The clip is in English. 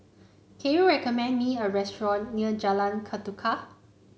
can you recommend me a restaurant near Jalan Ketuka